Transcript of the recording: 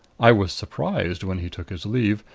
i was surprised, when he took his leave,